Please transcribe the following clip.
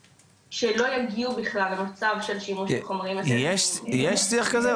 ושלא יגיעו בכלל למצב של שימוש בחומרים אסורים --- יש שיח כזה,